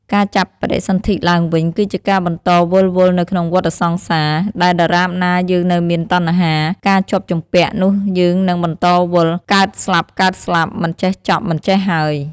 ការចាប់បដិសន្ធិឡើងវិញ គឺជាការបន្តវិលវល់នៅក្នុងវដ្តសង្សារ ដែលដរាបណាយើងនៅមានតណ្ហា ការជាប់ជំពាក់ នោះយើងនឹងបន្តវិលកើតស្លាប់ៗមិនចេះចប់មិនចេះហើយ។